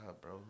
bro